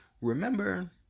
Remember